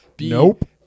Nope